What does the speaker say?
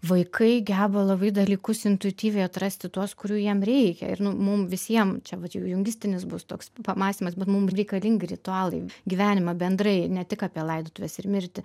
vaikai geba labai dalykus intuityviai atrasti tuos kurių jiem reikia ir nu mum visiem čia vat jau jungistinis bus toks pamąstymas bet mum reikalingi ritualai gyvenime bendrai ne tik apie laidotuves ir mirtį